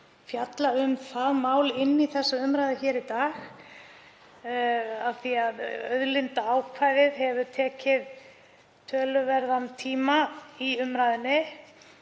fjalla um það mál inn í þessa umræðu í dag því að auðlindaákvæðið hefur tekið töluverðan tíma í umræðunni.